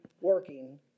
working